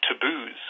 taboos